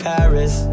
Paris